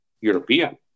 European